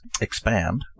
expand